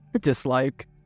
dislike